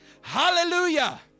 Hallelujah